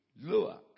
lower